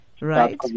Right